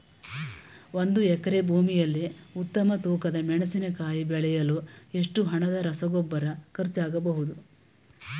ಒಂದು ಎಕರೆ ಭೂಮಿಯಲ್ಲಿ ಉತ್ತಮ ತೂಕದ ಮೆಣಸಿನಕಾಯಿ ಬೆಳೆಸಲು ಎಷ್ಟು ಹಣದ ರಸಗೊಬ್ಬರ ಖರ್ಚಾಗಬಹುದು?